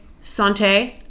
Sante